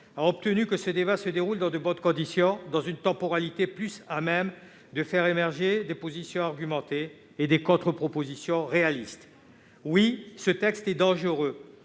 a obtenu que nos débats se déroulent dans de bonnes conditions, dans une temporalité mieux à même de faire émerger des positions argumentées et des contre-propositions réalistes. Oui, ce texte est dangereux,